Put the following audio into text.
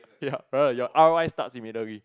ya right your R_O_I starts immediately